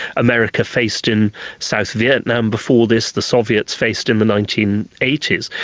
america faced in south vietnam before this, the soviets faced in the nineteen eighty s,